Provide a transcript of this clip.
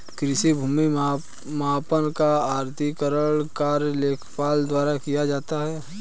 कृषि भूमि मापन का आधिकारिक कार्य लेखपाल द्वारा किया जाता है